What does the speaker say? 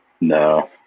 No